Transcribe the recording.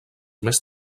més